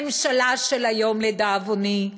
הממשלה של היום, לדאבוני,